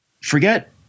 Forget